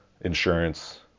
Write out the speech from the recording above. insurance